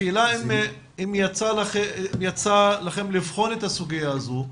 השאלה אם יצא לכם לבחון את הסוגיה הזו,